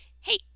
Hey